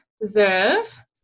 deserve